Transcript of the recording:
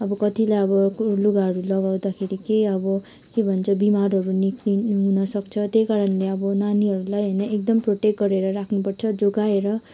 अब कतिलाई अब लुगाहरू लगाउँदाखेरि केही अब के भन्छ अब बिमारहरू निक्लिनु हुनु सक्छ त्यही कारणले नानीहरूलाई एकदम प्रोटेक्ट गरेर राख्नु पर्छ जोगाएर